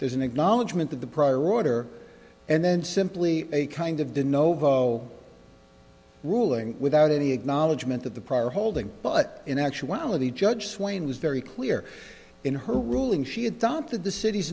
there's an acknowledgement that the prior order and then simply a kind of didn't know ruling without any acknowledgement of the prior holding but in actuality judge swain was very clear in her ruling she had gone through the city's